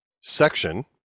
section